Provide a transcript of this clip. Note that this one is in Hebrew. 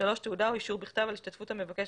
תעודה או אישור בכתב על השתתפות המבקש